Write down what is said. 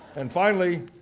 and finally,